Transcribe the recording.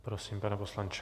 Prosím, pane poslanče.